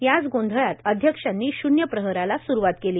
याच गोंधळात अध्यक्षांनी शुन्य प्रहाराला सुरूवात केली